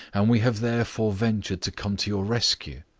and we have therefore ventured to come to your rescue.